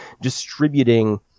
distributing